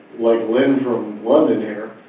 like lynn from london here.